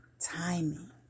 timing